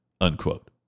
unquote